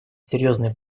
серьезные